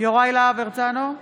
יוראי להב הרצנו,